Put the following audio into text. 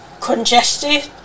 congested